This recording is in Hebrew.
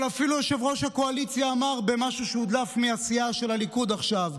אבל אפילו יושב-ראש הקואליציה אמר במשהו שהודלף מהסיעה של הליכוד עכשיו: